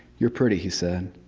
you're pretty, he said.